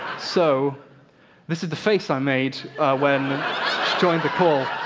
so this is the face i made when joined the call.